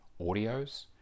audios